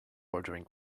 ordering